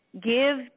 give